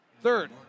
Third